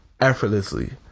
effortlessly